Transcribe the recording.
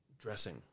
dressing